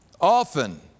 often